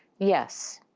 yes.